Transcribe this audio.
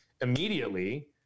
immediately